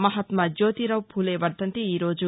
మహాత్మా జ్యోతీరావువులే వర్దంతి ఈరోజు